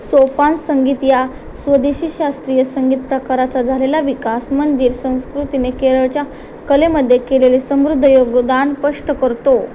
सोपान संगीत या स्वदेशी शास्त्रीय संगीत प्रकाराचा झालेला विकास मंदिर संस्कृतीने केरळच्या कलेमध्ये केलेले समृद्ध योगदान स्पष्ट करतो